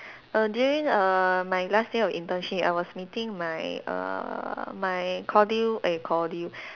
err during err my last day of internship I was meeting my err my eh